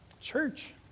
church